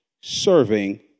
serving